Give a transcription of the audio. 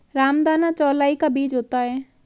रामदाना चौलाई का बीज होता है